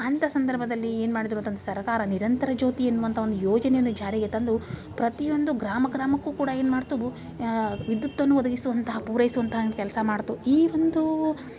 ಅಂಥ ಸಂದರ್ಭದಲ್ಲಿ ಏನು ಮಾಡಿದೆ ಅಂತಂದ್ರ್ ಸರ್ಕಾರ ನಿರಂತರ ಜ್ಯೋತಿ ಎನ್ನುವಂಥ ಒಂದು ಯೋಜನೆಯನ್ನು ಜಾರಿಗೆ ತಂದು ಪ್ರತಿಯೊಂದು ಗ್ರಾಮ ಗ್ರಾಮಕ್ಕೂ ಕೂಡ ಏನು ಮಾಡಿತು ವಿದ್ಯುತ್ತನ್ನು ಒದಗಿಸುವಂಥ ಪೂರೈಸುವಂಥ ಕೆಲಸ ಮಾಡಿತು ಈ ಒಂದು